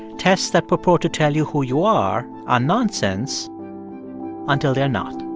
tests that purport to tell you who you are, are nonsense until they're not